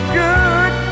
good